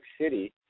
City